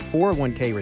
401k